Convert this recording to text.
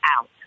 out